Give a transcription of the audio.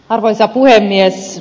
arvoisa puhemies